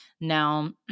Now